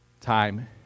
time